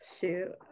Shoot